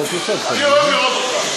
אני, לראות אותך.